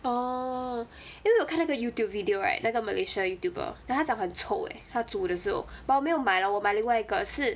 orh 因为我看那个 YouTube video right 那个 malaysia youtuber then 他讲很臭 eh 他煮的时候 but 我没有买 lah 我买另外一个是